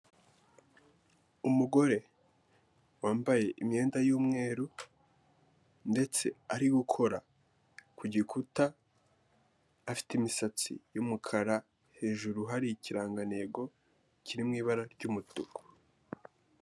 Umugore wambaye imyenda y'umweru ndetse ari gukora ku gikuta0afite imisatsi y'umukara, hejuru hari ikirangantego kiri mu ibara ry'umutuku.